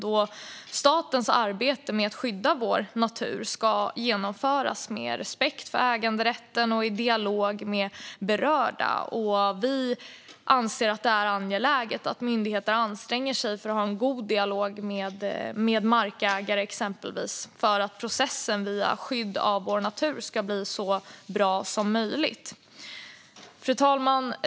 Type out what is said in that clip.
Statens arbete med att skydda vår natur ska genomföras med respekt för äganderätten och i dialog med berörda. Vi anser att det är angeläget att myndigheter anstränger sig för att ha en god dialog med exempelvis markägare för att processen vid skydd av vår natur ska bli så bra som möjligt. Fru talman!